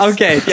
Okay